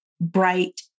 bright